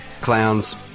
clowns